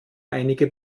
einige